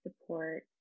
support